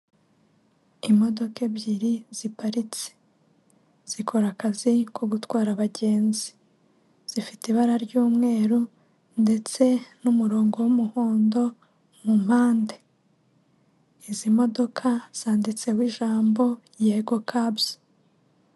Imodoka ebyiri ziparitse, zikora akazi ko gutwara abagenzi, zifite ibara ry'umweru ndetse n'umurongo w'umuhondo mu mpande, izi modoka zanditseho ijambo Yegocabs .